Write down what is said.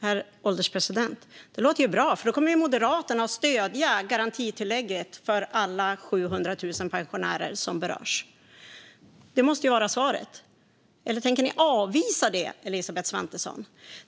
Herr ålderspresident! Det låter bra, för då kommer Moderaterna att stödja garantitillägget för alla 700 000 pensionärer som berörs. Det måste vara svaret. Eller tänker ni avvisa det, Elisabeth Svantesson?